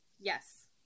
Yes